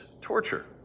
torture